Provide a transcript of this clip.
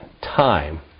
time